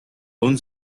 own